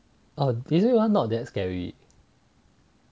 this week's [one] not that scary